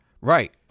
Right